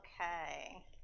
Okay